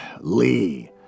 Lee